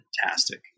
fantastic